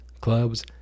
clubs